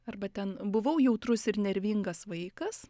arba ten buvau jautrus ir nervingas vaikas